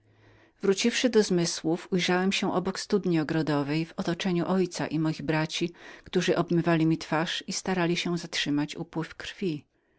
wróciwszy do zmysłów ujrzałem się obok studni ogrodowej otoczony moim ojcem i braćmi którzy obmywali mi twarz i starali się zatrzymać upływ krwi